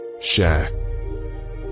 Share